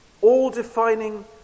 all-defining